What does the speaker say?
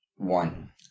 One